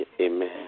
Amen